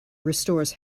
restores